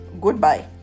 goodbye